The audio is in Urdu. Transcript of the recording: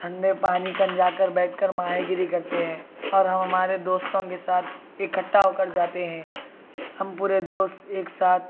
ٹھنڈے پانی کن جا کر بیٹھ کر ماہی گیری کرتے ہیں اور ہم ہمارے دوستوں کے ساتھ اکٹھا ہو کر جاتے ہیں ہم پورے دوست ایک ساتھ